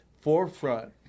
forefront